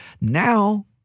Now